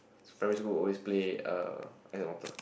primary school will always play uh Ice and Water